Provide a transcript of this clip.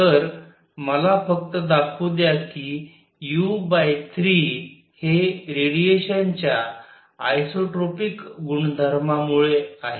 तर मला फक्त दाखवू द्या कि u3हे रेडिएशनच्या आईसोट्रोपिक गुणधर्मामुळे आहे